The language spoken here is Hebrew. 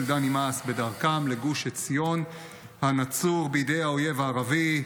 דני מס בדרכם לגוש עציון הנצור בידי האויב הערבי,